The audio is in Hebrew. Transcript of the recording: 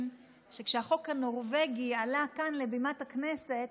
שכשהחוק הנורבגי עלה כאן לבימת הכנסת